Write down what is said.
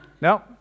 No